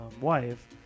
wife